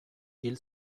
hil